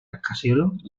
rascacielos